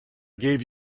gave